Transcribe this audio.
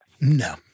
No